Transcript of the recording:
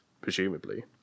presumably